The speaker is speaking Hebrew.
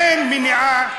אין מניעה במדינה,